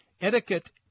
Etiquette